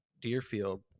Deerfield